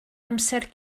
amser